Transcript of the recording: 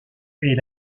est